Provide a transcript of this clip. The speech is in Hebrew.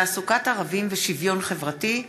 תעסוקת ערבים ושוויון חברתי.